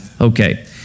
Okay